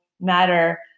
matter